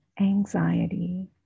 Anxiety